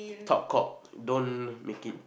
talk cock don't make it